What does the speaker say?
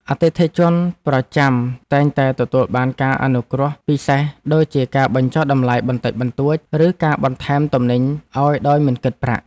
អតិថិជនប្រចាំតែងតែទទួលបានការអនុគ្រោះពិសេសដូចជាការបញ្ចុះតម្លៃបន្តិចបន្តួច ឬការបន្ថែមទំនិញឱ្យដោយមិនគិតប្រាក់។